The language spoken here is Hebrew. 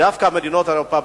כי דווקא מדינות אירופה,